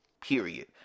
Period